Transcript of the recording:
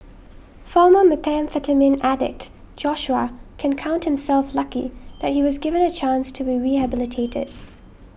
former methamphetamine addict Joshua can count himself lucky that he was given a chance to be rehabilitated